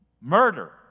Murder